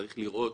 צריך לראות,